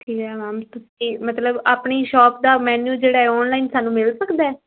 ਠੀਕ ਹੈ ਮੈਮ ਤੁਸੀਂ ਮਤਲਬ ਆਪਣੀ ਸ਼ੋਪ ਦਾ ਮੈਨਿਊ ਜਿਹੜਾ ਹੈ ਔਨਲਾਈਨ ਸਾਨੂੰ ਮਿਲ ਸਕਦਾ ਹੈ